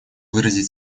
выразить